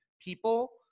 people